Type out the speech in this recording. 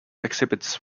exhibits